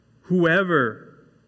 Whoever